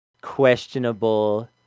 questionable